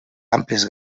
àmplies